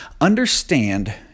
understand